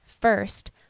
First